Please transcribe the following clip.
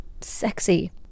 sexy